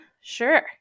Sure